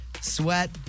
sweat